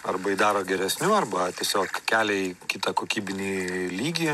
arba jį daro geresniu arba tiesiog kelia į kitą kokybinį lygį